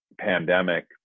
pandemic